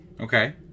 Okay